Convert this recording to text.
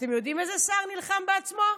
אתם יודעים איזה שר נלחם בעצמו?